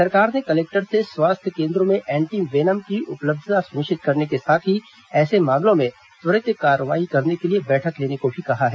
सरकार ने कलेक्टर से स्वास्थ्य केन्द्रो में एंटी वेनम की उपलब्यता सुनिश्चित करने के साथ ही ऐसे मामलों में त्वरित कार्रवाई करने के लिए बैठक लेने को भी कहा है